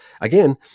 again